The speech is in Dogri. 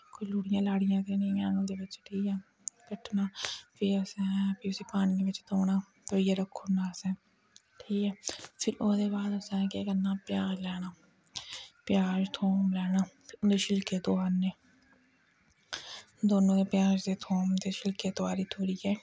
कोई लुड़ियां लड़ियां ते निं हैन ओह्दे बिच्च ठीक ऐ कट्टना फिर असें फ्ही उसी पानियै बिच्च धोना धोइयै रक्खी ओड़ना असें ठीक ऐ फ्ही ओह्दे बाद असें केह् करना प्याज़ लैना प्याज़ थोम लैना ते ओह्दे छिलके तोआरने दौनों प्याज़ ते थोम दे छिल्के तोआरियै तुआरियै